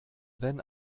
wenn